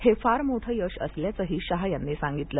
हे फार मोठं यश असल्याचंही शाह यांनी सांगितलं